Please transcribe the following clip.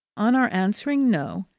on our answering no,